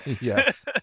Yes